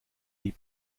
die